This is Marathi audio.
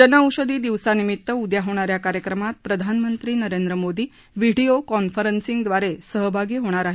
जनऔषधी दिवसानिमित्त उद्या होणाऱ्या कार्यक्रमात प्रधानमंत्री नरेंद्र मोदी व्हिडिओ कॉन्फरन्सिंगद्वारे सहभागी होणार आहेत